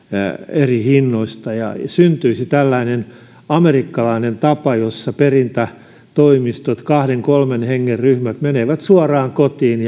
eri hinnoista ja syntyisi tällainen amerikkalainen tapa jossa perintätoimistoista kahden kolmen hengen ryhmät menevät suoraan kotiin